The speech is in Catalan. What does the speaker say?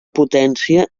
potència